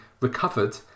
recovered